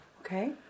Okay